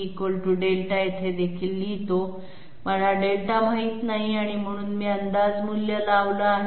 p δ येथे देखील लिहितो मला δ माहित नाही म्हणून मी अंदाज मूल्य लावला आहे